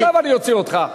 עכשיו אני אוציא אותך.